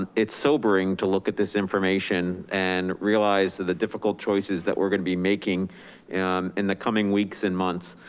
it's sobering to look at this information and realize that the difficult choices that we're gonna be making in the coming weeks and months,